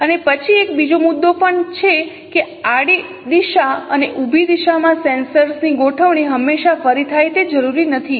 અને પછી એક બીજો મુદ્દો પણ છે કે આડો દિશા અને ઉભી દિશામાં સેન્સર ની ગોઠવણી હંમેશાં ફરી થાયએ જરૂરી નથી